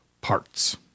parts